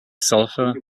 sulfur